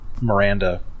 Miranda